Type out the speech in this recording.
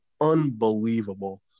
unbelievable